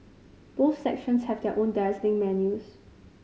both sections have their own dazzling menus